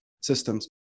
systems